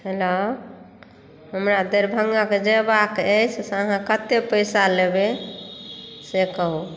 hello हमरा दरभंगा के जेबाक अछि से अहाँ कत्ते पैसा लेबै से कहु